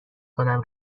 کنم